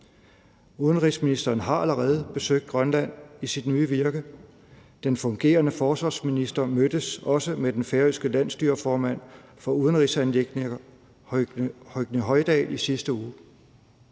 Udenrigsministeren har allerede besøgt Grønland i sit nye virke. Den fungerende forsvarsminister mødtes også med den færøske landsstyreformand for udenrigsanliggender, Høgni Hoydal, i sidste uge.